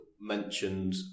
mentioned